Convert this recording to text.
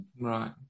Right